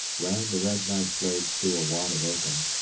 ran the red knife-blades through a wad of oakum,